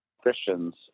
Christians